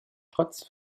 trotz